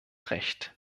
recht